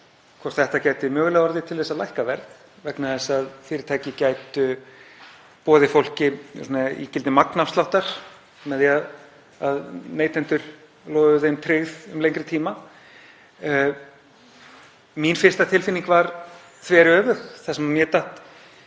hvort þetta gæti mögulega orðið til þess að lækka verð vegna þess að fyrirtæki gætu boðið fólki ígildi magnafsláttar með því að neytendur lofuðu þeim tryggð um lengri tíma. Mín fyrsta tilfinning var þveröfug. Það sem mér datt